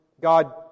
God